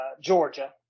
Georgia